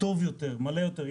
טוב יותר, מלא יותר.